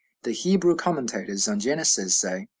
the hebrew commentators on genesis say,